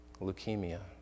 leukemia